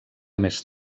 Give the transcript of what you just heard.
més